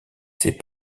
ses